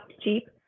cheap